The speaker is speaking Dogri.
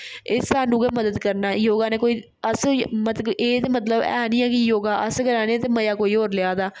एह् सानूं गै मदद करना योगा ने कोई अस एह् ते मतलब है निं कि योगा अस करा'रने ऐ ते मजा कोई होर लै'रदा ऐ